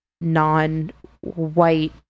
non-white